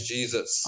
Jesus